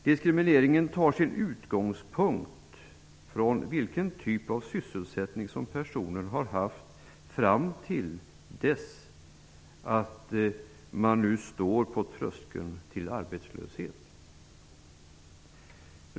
Diskrimineringen tar sin utgångspunkt i vilken typ av sysselsättning personen har haft fram till dess att denna befinner sig på tröskeln till arbetslöshet.